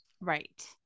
Right